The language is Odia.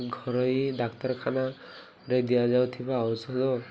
ଘରୋଇ ଡାକ୍ତରଖାନାରେ ଦିଆଯାଉଥିବା ଔଷଧ